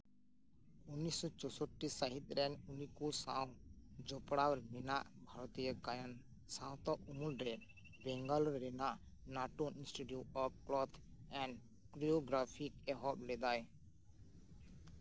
ᱩᱱᱤᱥᱥᱚ ᱪᱳᱥᱳᱴᱴᱤ ᱥᱟᱹᱦᱤᱛᱨᱮᱱ ᱩᱱᱠᱩ ᱥᱟᱶ ᱡᱚᱯᱲᱟᱣ ᱢᱮᱱᱟᱜ ᱵᱷᱟᱨᱚᱛᱤᱭᱚ ᱜᱟᱭᱟᱱ ᱥᱟᱶᱛᱟ ᱩᱢᱩᱞᱨᱮ ᱵᱮᱝᱜᱚᱞ ᱨᱮᱱᱟᱜ Natan institute of cloth and choreography ᱮᱦᱚᱵ ᱞᱮᱫᱟᱭ